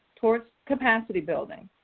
towards capacity building.